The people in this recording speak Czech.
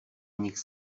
nich